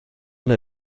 nel